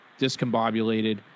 discombobulated